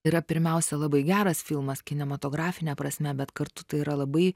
yra pirmiausia labai geras filmas kinematografine prasme bet kartu tai yra labai